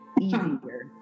easier